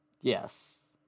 Yes